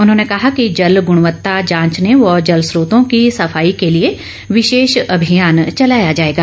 उन्होंने कहा कि जल गुणवत्ता जांचने व जल स्त्रोतों की सफाई के लिए विशेष अभियान चलाया जाएगा